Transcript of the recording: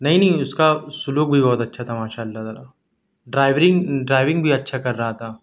نہیں نہیں اس کا سلوک بھی بہت اچّھا تھا ماشاء اللّہ تعالیٰ ڈرائیونگ ڈرائیونگ بھی اچّھا کر رہا تھا